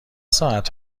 ساعت